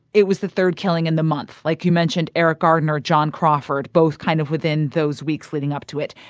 it was the third killing in the month like you mentioned, eric garner, john crawford both kind of within those weeks leading up to it.